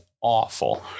awful